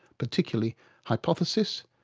particularly hypothesis,